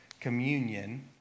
communion